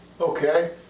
Okay